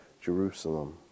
Jerusalem